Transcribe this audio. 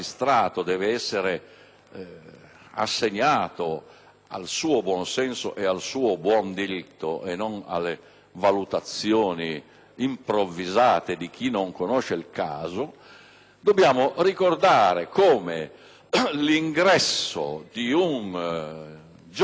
buonsenso del giudice ed al suo buon diritto e non alle valutazioni improvvisate di chi non conosce il caso), occorre anche ricordare come l'ingresso di un giovane in carcere